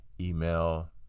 Email